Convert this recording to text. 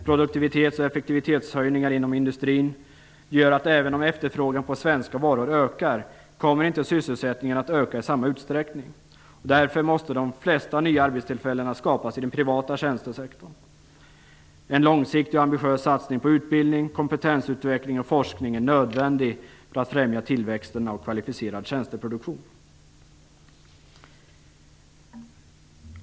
Produktivitets och effektivitetshöjningar inom industrin gör att sysselsättningen inte kommer att öka i samma utsträckning, även om efterfrågan på svenska varor ökar. Därför måste de flesta nya arbetstillfällena skapas i den privata tjänstesektorn. En långsiktig och ambitiös satsning på utbildning, kompetensutveckling och forskning är nödvändig för att främja tillväxten av kvalificerad tjänsteproduktion.